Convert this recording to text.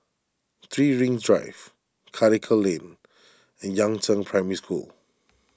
three Rings Drive Karikal Lane and Yangzheng Primary School